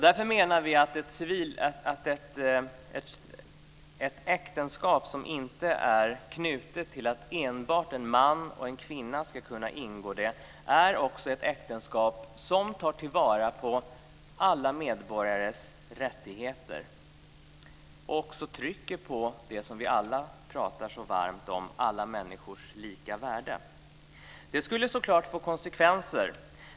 Därför anser vi att ett äktenskap som inte är knutet till att enbart en man och en kvinna ska kunna ingå det är ett äktenskap som tar till vara alla medborgares rättigheter och som trycker på det vi alla talar så varmt om: alla människors lika värde. Detta skulle självklart få konsekvenser.